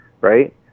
right